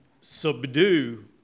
subdue